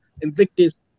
Invictus